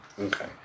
Okay